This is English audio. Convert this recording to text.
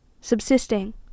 subsisting